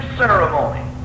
ceremony